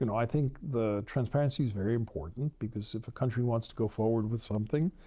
and i think the transparency is very important, because if a country wants to go forward with something,